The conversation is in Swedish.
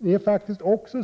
Men man kan faktiskt också